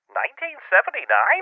1979